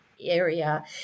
area